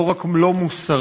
לא רק לא מוסרי,